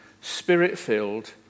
spirit-filled